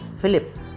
Philip